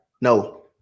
No